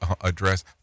address